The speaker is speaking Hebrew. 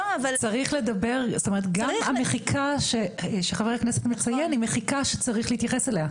גם המחיקה שחבר הכנסת פרוש מציין היא מחיקה שצריך להתייחס אליה.